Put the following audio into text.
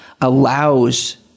allows